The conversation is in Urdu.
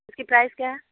اِس کی پرائز کیا ہے